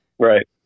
Right